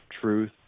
truth